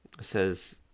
says